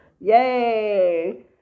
Yay